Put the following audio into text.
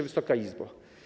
Wysoka Izbo!